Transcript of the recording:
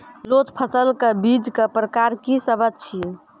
लोत फसलक बीजक प्रकार की सब अछि?